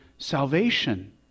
salvation